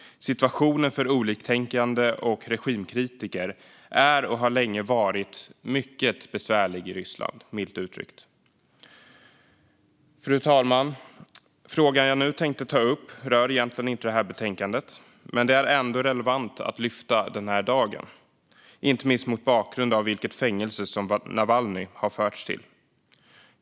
Situationen för oliktänkande och regimkritiker är och har länge varit mycket besvärlig i Ryssland, milt uttryckt. Fru talman! Frågan jag nu tänkte ta upp rör egentligen inte det här betänkandet, men det är ändå relevant att lyfta frågan denna dag, inte minst mot bakgrund av vilket fängelse som Navalnyj nu har förts till.